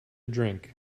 drink